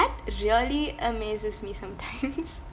really amazes me sometimes